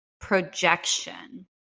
projection